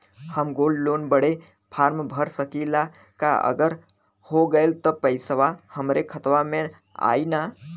हम gold loan बड़े form भर सकी ला का अगर हो गैल त पेसवा हमरे खतवा में आई ना?